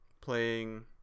playing